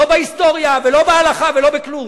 לא בהיסטוריה ולא בהלכה ולא בכלום.